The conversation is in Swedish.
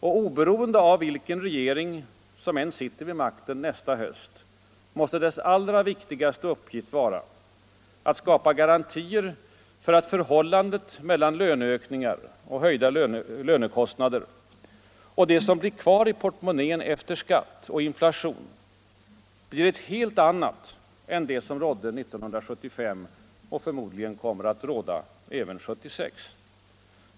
Och oberoende av vilken regering som sitter vid makten nästa höst, måste dess allra viktigaste uppgift vara att skapa garantier för att förhållandet mellan å ena sidan löneökningar och höjda lönekostnader och å andra sidan det som blir kvar i portmonnän efter skatt och inflation blir ett helt annat än det som rått 1975 och förmodligen kommer att råda även 1976.